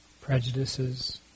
prejudices